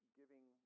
giving